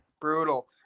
brutal